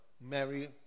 Mary